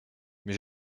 mais